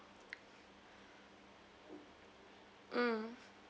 mm